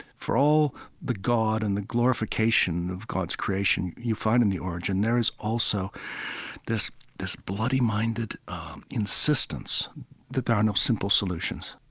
for all the god and the glorification of god's creation you find in the origin, there is also this this bloody-minded insistence that there are no simple solutions